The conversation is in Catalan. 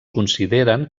consideren